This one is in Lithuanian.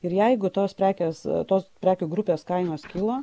ir jeigu tos prekės tos prekių grupės kainos kilo